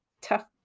tough